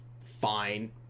fine